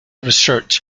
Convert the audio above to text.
research